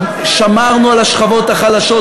שמרנו על השכבות החלשות,